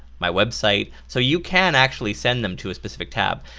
my website. so you can actually send them to a specific tab.